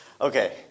Okay